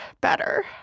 better